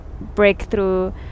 breakthrough